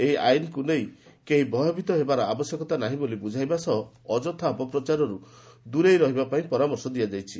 ଏହି ଆଇନକୁ ନେଇ ଭୟଭୀତ ହେବାର ଆବଶ୍ୟକତା ନାହିଁ ବୋଲି ବୁଝାଇବା ସହ ଅଯଥା ଅପପ୍ରଚାରରୁ ଦୂରେଇ ରହିବାପାଇଁ ପରାମର୍ଶ ଦିଆଯାଇଛି